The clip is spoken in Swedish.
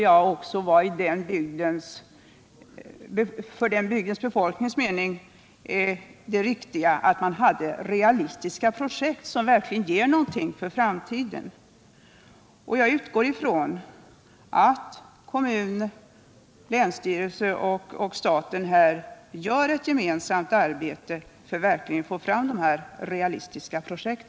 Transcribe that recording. Ja, också jag trodde att det var bygdebefolkningens mening att man skall ha realistiska projekt, som verkligen ger någonting för framtiden. Jag utgår från att kommunen, länsstyrelsen och staten verkligen skall samarbeta så att vi får fram sådana realistiska projekt.